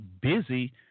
busy